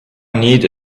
need